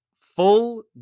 Full